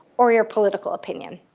or your political opinion.